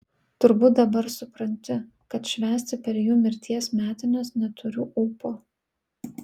turbūt dabar supranti kad švęsti per jų mirties metines neturiu ūpo